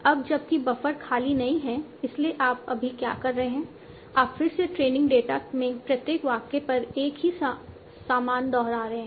अब जबकि बफर खाली नहीं है इसलिए आप अभी क्या कर रहे हैं आप फिर से ट्रेनिंग डेटा में प्रत्येक वाक्य पर एक ही सामान दोहरा रहे हैं